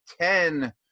ten